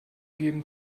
geben